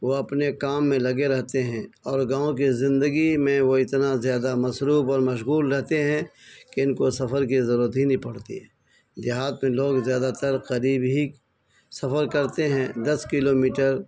وہ اپنے کام میں لگے رہتے ہیں اور گاؤں کی زندگی میں وہ اتنا زیادہ مصروف اور مشغول رہتے ہیں کہ ان کو سفر کی ضرورت ہی نہیں پڑتی ہے دیہات میں لوگ زیادہ تر قریب ہی سفر کرتے ہیں دس کلو میٹر